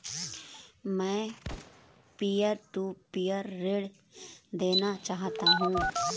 मैं peer to peer ऋण लेना चाहता हूँ